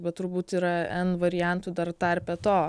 bet turbūt yra n variantų dar tarpe to